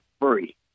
free